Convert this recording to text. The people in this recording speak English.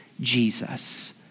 Jesus